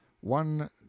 one